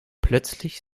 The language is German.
plötzlich